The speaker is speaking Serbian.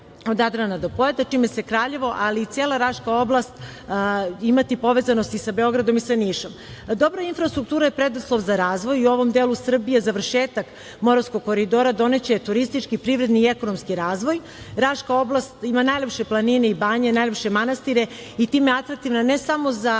od Jadrana do Pojata čime će Kraljevo, ali i cela Raška oblast imati povezanosti sa Beogradom i sa Nišom. Dobra infrastruktura je preduslov za razvoj i ovom delu Srbije završetak Moravskog koridora doneće turistički, privredni i ekonomski razvoj. Raška oblast ima najlepše planine i banje, najlepše manastire i time je atraktivna ne samo za